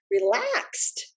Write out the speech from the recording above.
relaxed